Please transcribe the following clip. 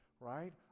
right